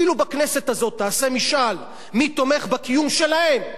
אפילו בכנסת הזאת תעשה משאל מי תומך בקיום שלהם,